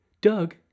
Doug